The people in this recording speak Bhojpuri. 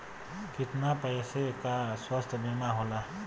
कितना पैसे का स्वास्थ्य बीमा होला?